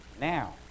now